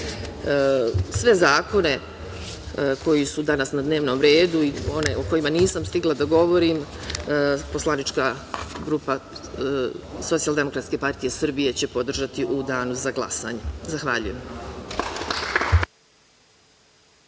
zakone koji su danas na dnevnom redu i one o kojima nisam stigla da govorim, poslanička grupa Socijaldemokratske partije Srbije će podržati u danu za glasanje. Zahvaljujem.